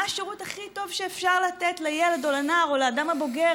מה השירות הכי טוב שאפשר לתת לילד או לנער או לאדם הבוגר